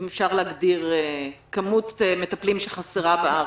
אם אפשר להגדיר כמות מטפלים שחסרה בארץ?